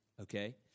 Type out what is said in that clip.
Okay